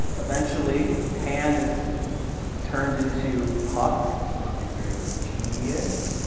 eventually, pan is turned into puck, puck is very mischievous.